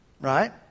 Right